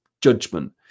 judgment